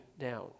down